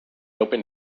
opened